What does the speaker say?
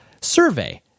survey